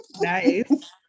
Nice